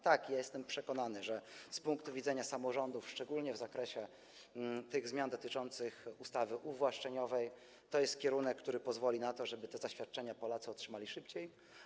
Tak, ja jestem przekonany, że z punktu widzenia samorządów, szczególnie w zakresie tych zmian dotyczących ustawy uwłaszczeniowej, to jest kierunek, który pozwoli na to, żeby te zaświadczenia Polacy otrzymali szybciej.